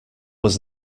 was